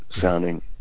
sounding